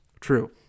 True